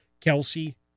kelsey